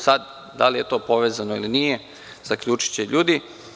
Sada, da li je to povezano ili nije, zaključiće ljudi.